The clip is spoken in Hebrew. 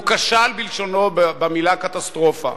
הוא כשל בלשונו במלה "קטסטרופה".